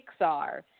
Pixar